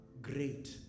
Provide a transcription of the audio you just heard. great